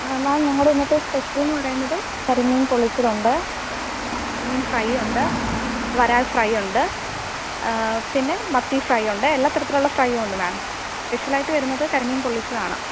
മാം ഞങ്ങളുടെ ഇന്നത്തെ സ്പെഷ്യലെന്ന് പറയുന്നത് കരിമീൻ പൊള്ളിച്ചതുണ്ട് കരിമീൻ ഫ്രൈ ഉണ്ട് വരാൽ ഫ്രൈ ഉണ്ട് പിന്നെ മത്തി ഫ്രൈ ഉണ്ട് എല്ലാത്തരത്തിലുള്ള ഫ്രൈയും ഉണ്ട് മാം സ്പെഷ്യലായിട്ട് വരുന്നത് കരിമീൻ പൊള്ളിച്ചതാണ്